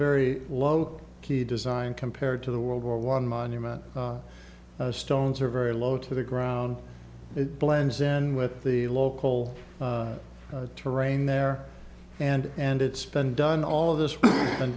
very low key design compared to the world war one monument stones are very low to the ground it blends in with the local terrain there and and it's been done all